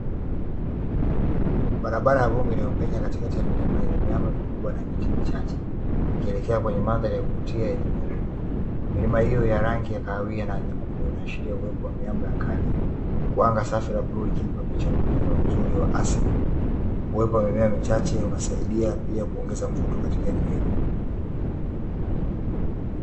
Barabara ya vumbi inayopenya katikati ya milima yenye miamba mikubwa na miti michache, ikielekea kwenye mandhari ya kuvutia yenye muinuko. Milima hiyo ya rangi ya kahawia na nyekundu inaashiria uwepo wa miamba ya kale, huku anga safi la bluu likiipa picha ya utulivu na uzuri wa asili. Uwepo wa mimea michache unasaidia pia kuongeza mvuto katika eneo hili.